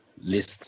list